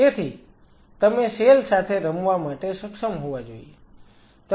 તેથી તમે સેલ સાથે રમવા માટે સક્ષમ હોવા જોઈએ